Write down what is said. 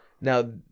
Now